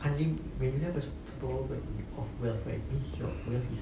I think maybe because of welfare